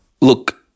Look